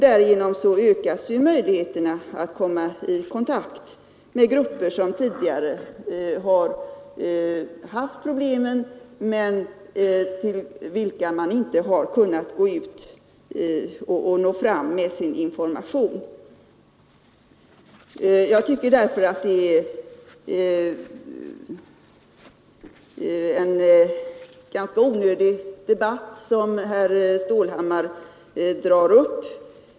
Därigenom ökas möjligheterna att komma i kontakt med grupper som tidigare har haft känning av problemen men till vilka man inte har kunnat nå fram med sin information, Därför tycker jag att det är en ganska onödig debatt som herr Stålhammar här dragit upp.